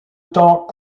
temps